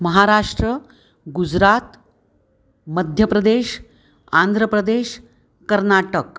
महाराष्ट्रं गुज़्रात् मध्यप्रदेशः आन्ध्रप्रदेशः कर्नाटकम्